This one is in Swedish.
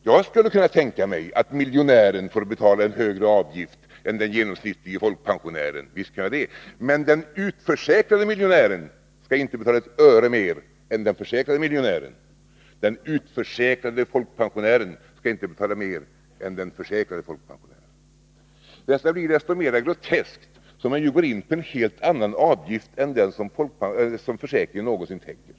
Jag skulle visst kunna tänka mig att miljonären får betala en högre avgift än den genomsnittlige folkpensionären. Men den utförsäkrade miljonären skall inte betala ett öre mer än den försäkrade miljonären. Den utförsäkrade folkpensionären skall inte betala mer än den försäkrade folkpensionären. Systemet blir desto mera groteskt som man ju inför en helt annan avgift än den som försäkringen någonsin täcker.